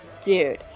dude